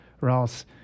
Ross